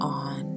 on